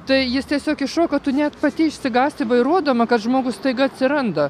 tai jis tiesiog iššoka tu net pati išsigąsti vairuodama kad žmogus staiga atsiranda